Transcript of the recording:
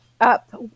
up